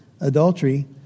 adultery